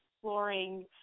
exploring